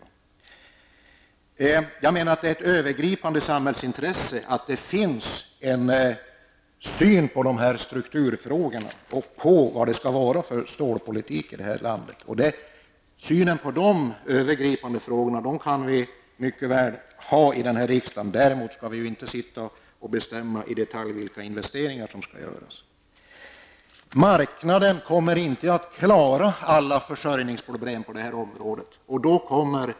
Det är ett övergripande samhällsintresse att vi har en uppfattning om vilken stålpolitik vi skall föra i det här landet. Synen på dessa övergripande frågor kan vi mycket väl diskutera här i kammaren. Däremot skall vi inte i detalj bestämma vilka investeringar som skall göras. Marknaden kommer inte att klara alla försörjningsproblem på detta område.